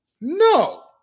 No